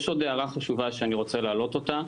יש עוד הערה חשובה שאני רוצה להעלות אותה.